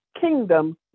kingdom